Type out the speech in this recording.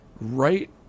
right